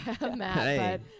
Matt